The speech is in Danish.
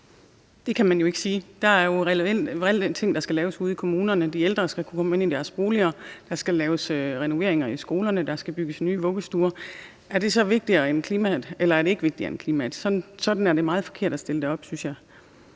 jo relevante ting, der skal laves ude i kommunerne. De ældre skal kunne komme ind i deres bolig, der skal laves renoveringer i skolerne, der skal bygges nye vuggestuer. Er det så vigtigere end klimaet, eller er det ikke vigtigere end